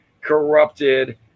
corrupted